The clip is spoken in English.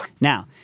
Now